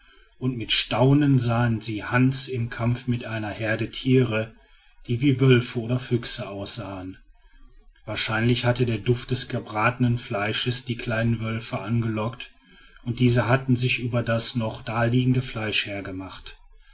und mit staunen sahen sie hans im kampfe mit einer herde tiere die wie wölfe oder füchse aussahen wahrscheinlich hatte der duft des gebratenen fleisches die kleinen wölfe angelockt und diese hatten sich über das noch daliegende fleisch hergemacht